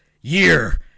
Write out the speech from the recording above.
Year